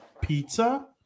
pizza